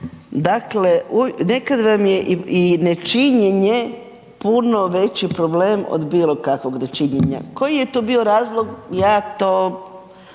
Dakle, nekad vam je i nečinjenje puno veći problem od bilo kakvog nečinjenja. Koji je to bio razlog, ja to,